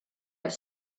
have